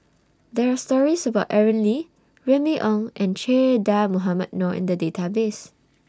There Are stories about Aaron Lee Remy Ong and Che Dah Mohamed Noor in The Database